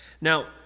Now